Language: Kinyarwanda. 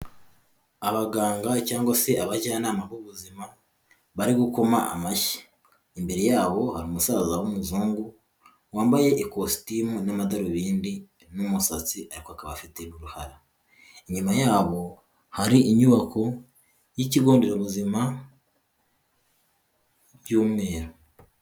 Abaganga cyangwa se abajyanama b'ubuzima, bari gukoma amashyi, imbere yabo hari umusaza w'umuhungu wambaye ikositimu n'amadarubindi n'umusatsi ariko akaba afite uruhara, inyuma yabo hari inyubako y'ikigo nderabuzima by'umweru.